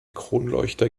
kronleuchter